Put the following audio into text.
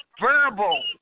verbal